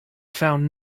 found